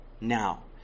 now